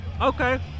Okay